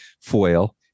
foil